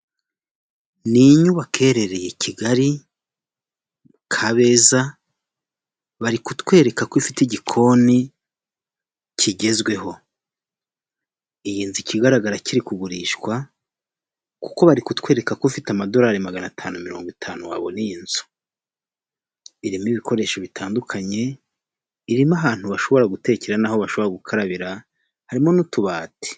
Ni inyubako irereye i Kigali Kabeza bari kutwereka ko ifite igikoni kigezweho, iyi nzu ikigaragara cyo iri kugurishwa kuko bari kutwereka ko ufite amadolari magana atanu mirongo itanu wabona iyi nzu, irimo ibikoresho bitandukanye, irimo ahantu bashobora gutekera n'aho bashobora gukarabira, harimo n'utubati.